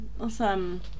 Awesome